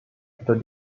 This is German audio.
unter